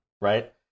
Right